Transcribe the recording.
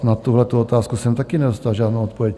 Na tuhletu otázku jsem taky nedostal žádnou odpověď.